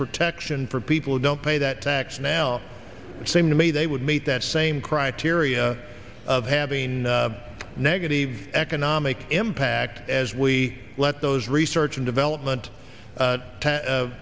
protection for people who don't pay that tax now seem to me they would meet that same criteria of having a negative economic impact as we let those research and development